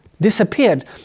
disappeared